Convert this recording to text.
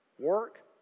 Work